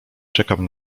czekam